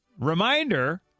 reminder